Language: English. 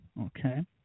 Okay